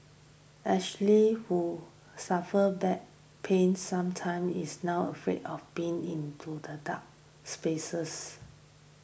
Ashley who suffers back pains sometimes is now afraid of being into the dark spaces